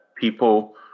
people